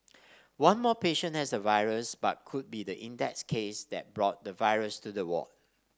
one more patient has the virus but could be the index case that brought the virus to the ward